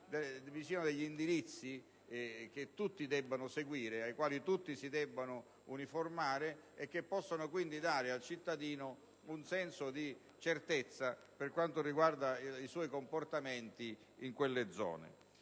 siano stabiliti indirizzi che tutti devono seguire e ai quali tutti si devono uniformare e che possano quindi dare al cittadino un senso di certezza per quanto riguarda i suoi comportamenti in quelle zone.